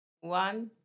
one